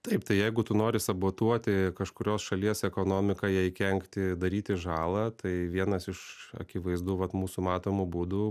taip tai jeigu tu nori sabotuoti kažkurios šalies ekonomiką jai kenkti daryti žalą tai vienas iš akivaizdu vat mūsų matomų būdų